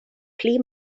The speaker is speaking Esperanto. pli